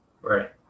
Right